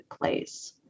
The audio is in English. place